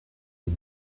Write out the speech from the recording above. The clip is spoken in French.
est